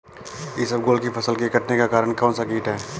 इसबगोल की फसल के कटने का कारण कौनसा कीट है?